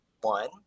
one